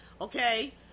okay